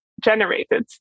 generated